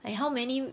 like how many